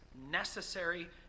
necessary